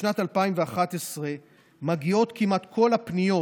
בשנת 2011 מגיעות כמעט כל הפניות,